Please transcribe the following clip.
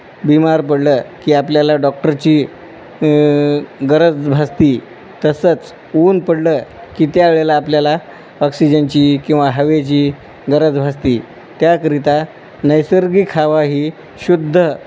बीमार पडलं की आपल्याला डॉक्टरची गरज भासते तसंच ऊन पडलं की त्या वेळेला आपल्याला ऑक्सिजनची किंवा हवेची गरज भासते त्याकरिता नैसर्गिक हवा ही शुद्ध